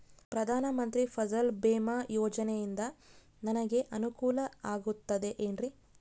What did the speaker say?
ಪ್ರಧಾನ ಮಂತ್ರಿ ಫಸಲ್ ಭೇಮಾ ಯೋಜನೆಯಿಂದ ನನಗೆ ಅನುಕೂಲ ಆಗುತ್ತದೆ ಎನ್ರಿ?